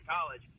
college